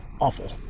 awful